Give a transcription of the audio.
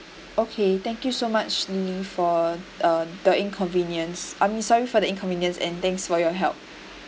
okay thank you so much lily for um the inconvenience I mean sorry for the inconvenience and thanks for your help